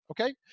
Okay